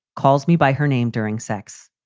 calls me by her name during sex.